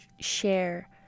share